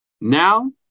Now